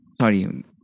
Sorry